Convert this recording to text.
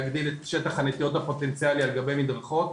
להגיד את שטח הנטיעות הפוטנציאלי על גבי מדרכות.